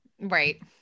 Right